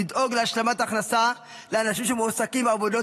לדאוג להשלמת הכנסה לאנשים שמועסקים בעבודות